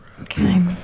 Okay